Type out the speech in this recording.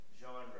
genre